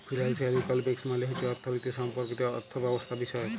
financial economics মালে হছে অথ্থলিতি সম্পর্কিত অথ্থব্যবস্থাবিষয়ক